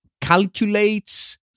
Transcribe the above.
calculates